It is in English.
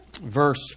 verse